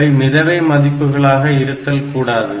அவை மிதவை பதிப்புகளாக இருத்தல் கூடாது